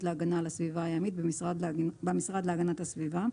להגנה על הסביבה הימית במשרד להגנת הסביבה,